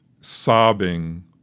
sobbing